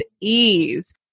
ease